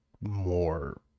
more